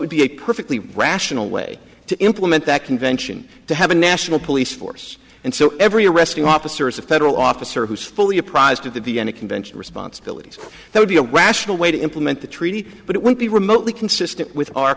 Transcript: would be a perfectly rational way to implement that convention to have a national police force and so every arresting officer is a federal officer who is fully apprised of the vienna convention responsibilities they would be a rational way to implement the treaty but it would be remotely consistent with our